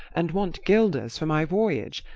and want guilders for my voyage.